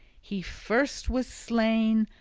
he first was slain,